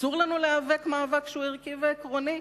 אסור לנו להיאבק מאבק שהוא ערכי ועקרוני?